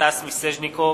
סטס מיסז'ניקוב,